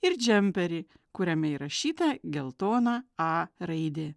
ir džemperį kuriame įrašyta geltona a raidė